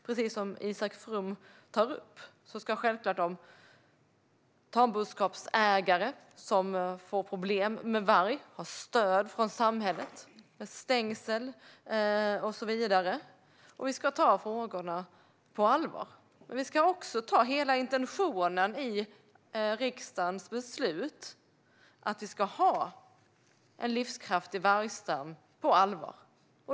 Precis som Isak From tar upp ska givetvis de tamboskapsägare som får problem med varg ha stöd från samhället med stängsel och så vidare, och vi ska ta frågorna på allvar. Vi ska också ta hela intentionen i riksdagens beslut att vi ska ha en livskraftig vargstam på allvar.